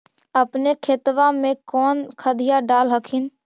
अपने खेतबा मे कौन खदिया डाल हखिन?